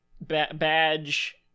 badge